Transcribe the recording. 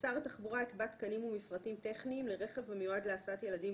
"שר התחבורה יקבע תקנים ומפרטים טכניים לרכב המיועד להסעת ילדים עם